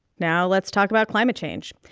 now let's talk about climate change.